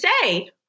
say